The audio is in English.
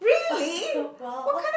of the world